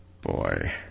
Boy